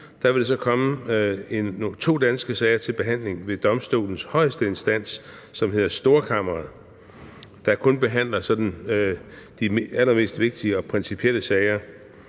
vil der komme to danske sager til behandling ved domstolens højeste instans, som hedder Storkammeret, der kun behandler de sådan allermest vigtige og principielle sager.